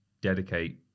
dedicate